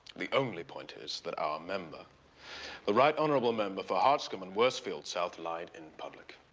the only point is that our member the right honourable member for hartscombe worsfield south lied in public.